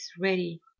ready